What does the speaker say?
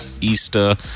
Easter